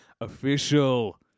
official